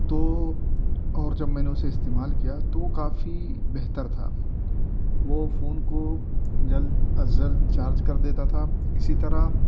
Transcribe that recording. تو اور جب میں نے اسے استعمال کیا تو وہ کافی بہتر تھا وہ فون کو جلد از جلد چارج کر دیتا تھا اسی طرح